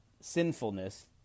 sinfulness